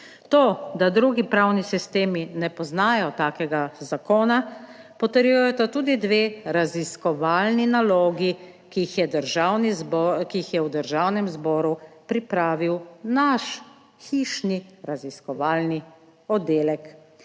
To, da drugi pravni sistemi ne poznajo takega zakona, potrjujeta tudi dve raziskovalni nalogi, ki jih je Državni zbor, ki jih je v Državnem zboru pripravil naš hišni raziskovalni oddelek.